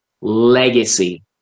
legacy